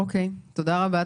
תודה רבה.